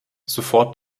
sofort